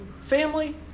Family